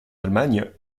allemagne